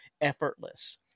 effortless